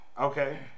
Okay